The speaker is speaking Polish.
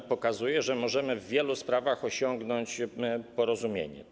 To pokazuje, że możemy w wielu sprawach osiągnąć porozumienie.